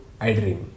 idream